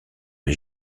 les